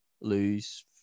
lose